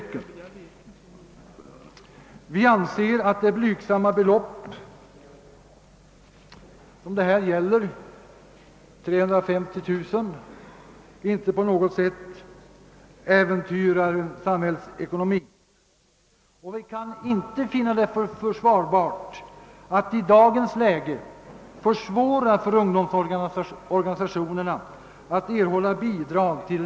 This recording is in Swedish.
Vi anser att det blygsamma belopp som det här gäller, 350 000 kronor, inte på något sätt äventyrar samhällsekonomin. Vi kan inte finna det försvarbart att i dagens läge försvåra för ungdomsorganisationerna att erhålla bidrag till.